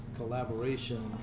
collaboration